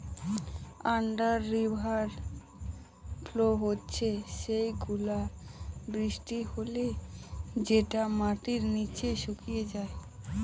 under river flow হচ্ছে সেগুলা বৃষ্টি হলে যেটা মাটির নিচে শুকিয়ে যায়